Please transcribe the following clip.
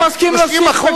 אני מסכים להוסיף,